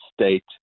state